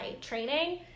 training